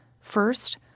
First